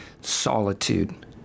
solitude